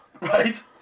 Right